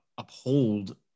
uphold